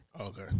Okay